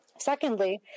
Secondly